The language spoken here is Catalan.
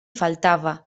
faltava